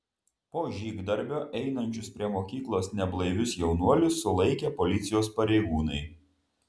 po žygdarbio einančius prie mokyklos neblaivius jaunuolius sulaikė policijos pareigūnai